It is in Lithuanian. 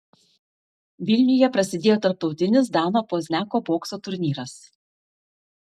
vilniuje prasidėjo tarptautinis dano pozniako bokso turnyras